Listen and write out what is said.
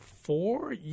four